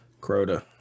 Crota